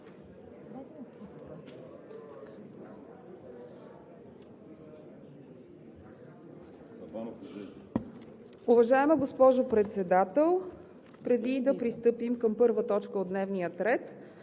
Уважаема госпожо Председател, преди да пристъпим към първа точка от дневния ред,